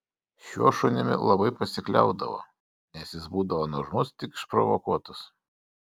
šiuo šunimi labai pasikliaudavo nes jis būdavo nuožmus tik išprovokuotas